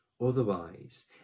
otherwise